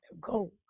go